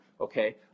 okay